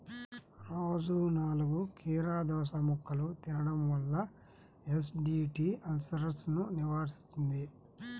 రోజూ నాలుగు కీరదోసముక్కలు తినడం వల్ల ఎసిడిటీ, అల్సర్సను నివారిస్తుంది